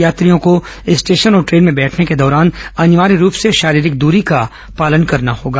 यात्रियों को स्टेशन और ट्रेन में बैठने के दौरान अनिवार्य रूप से शारीरिक दूरी का पालन करना होगा